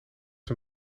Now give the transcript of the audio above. een